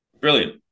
brilliant